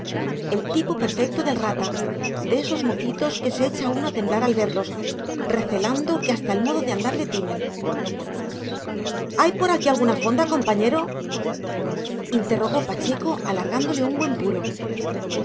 el tipo perfecto del rata de esos mocitos que se echa uno a temblar al verlos recelando que hasta el modo de andar le timen hay por aquí alguna fonda compañero interrogó pacheco alargándole un buen puro